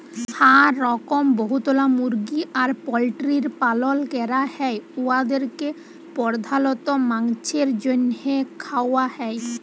হাঁ রকম বহুতলা মুরগি আর পল্টিরির পালল ক্যরা হ্যয় উয়াদেরকে পর্ধালত মাংছের জ্যনহে খাউয়া হ্যয়